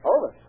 Over